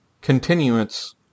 continuance